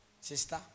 sister